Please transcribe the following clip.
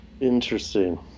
Interesting